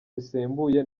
bisembuye